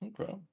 Okay